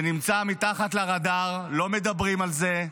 זה נמצא מתחת לרדאר, לא מדברים על זה,